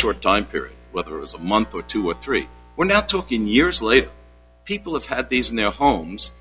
short time period whether it was a month or two or three we're not talking years later people have had these in their homes